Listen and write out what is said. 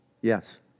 Yes